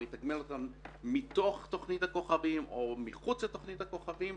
יתגמל אותם מתוך תכנית הכוכבים או מחוץ לתכנית הכוכבים.